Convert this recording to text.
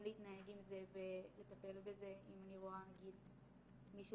להתנהג עם זה ולטפל אם אני רואה נגיד מישהו